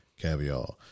caviar